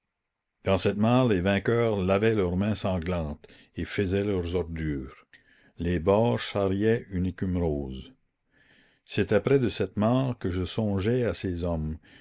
dans cette mare les vainqueurs lavaient leurs mains sanglantes et faisaient leurs ordures les bords charriaient une écume rose la commune c'était près de cette mare que je songeais à ces hommes